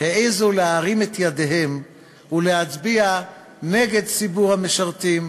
העזו להרים את ידיהם ולהצביע נגד ציבור המשרתים